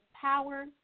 power